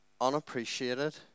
unappreciated